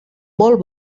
molt